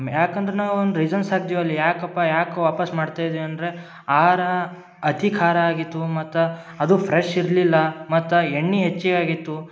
ಯಾಕಂದ್ರೆ ನಾವೊಂದು ರೀಝನ್ಸ್ ಹಾಕ್ದಿವಲ್ಲಿ ಯಾಕಪ್ಪ ಯಾಕೆ ವಾಪಾಸ್ ಮಾಡ್ತಾ ಇದೇವಂದರೆ ಆಹಾರ ಅತಿ ಖಾರ ಆಗಿತ್ತು ಮತ್ತು ಅದು ಫ್ರೆಶ್ ಇರಲಿಲ್ಲ ಮತ್ತು ಎಣ್ಣೆ ಹೆಚ್ಚಿಗಾಗಿತ್ತು